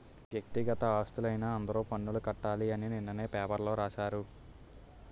వ్యక్తిగత ఆస్తులైన అందరూ పన్నులు కట్టాలి అని నిన్ననే పేపర్లో రాశారు